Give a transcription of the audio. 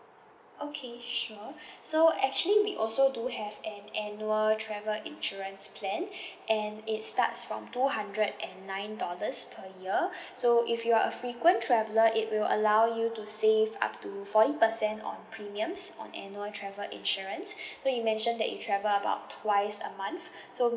okay sure so actually we also do have an annual travel insurance plan and it starts from two hundred and nine dollars per year so if you are a frequent traveller it will allow you to save up to forty percent on premiums on annual travel insurance so you mentioned that you travel about twice a month so